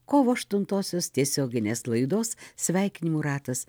kovo aštuntosios tiesioginės laidos sveikinimų ratas